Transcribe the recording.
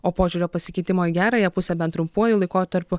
o požiūrio pasikeitimo į gerąją pusę bent trumpuoju laikotarpiu